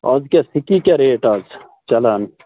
اَز کیٛاہ سِکی کیٛاہ ریٹ اَز چَلان